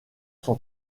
son